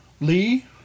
Lee